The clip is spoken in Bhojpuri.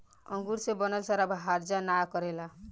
अंगूर से बनल शराब हर्जा ना करेला